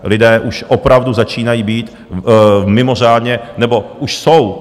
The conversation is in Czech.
Lidé už opravdu začínají být mimořádně... nebo už jsou.